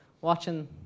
watching